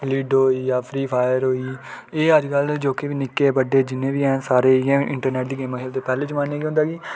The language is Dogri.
लिड्डो होइया फ्री फायर होई एह् अज्ज कल जेह्के बी निक्के बड्डे जिन्ने बी ऐन सारे इंटरनैट दियां गेमां खेलदे पैह्ले जमाने केह् होंदा